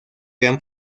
gran